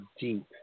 deep